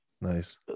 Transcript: nice